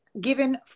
given